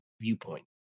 viewpoint